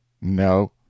No